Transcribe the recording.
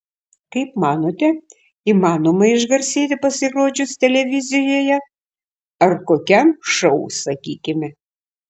kaip manote įmanoma išgarsėti pasirodžius televizijoje ar kokiam šou sakykime